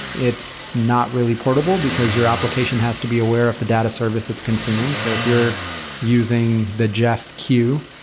it's not really portable, because your application has to be aware of the data service its consuming. so if you're using the jeff queue.